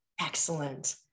Excellent